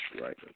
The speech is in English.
right